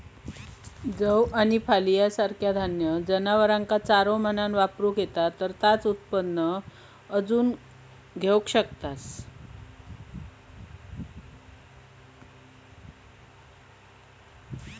जौ आणि फलिया सारखा धान्य जनावरांका चारो म्हणान वापरता येता तर तेचा उत्पन्न अजून घेऊ शकतास